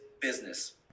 business